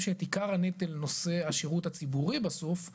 שאת עיקר הנטל נושא השירות הציבורי בסוף,